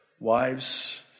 Wives